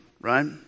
right